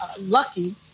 lucky